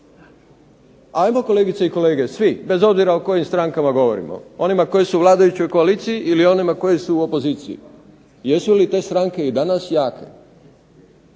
Hajmo kolegice i kolege svi, bez obzira o kojim strankama govorimo onima koji su u vladajućoj koaliciji ili onima koji su u opoziciji. Jesu li i te stranke i danas jake?